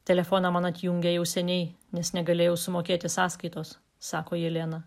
telefoną man atjungė jau seniai nes negalėjau sumokėti sąskaitos sako jelena